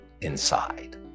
inside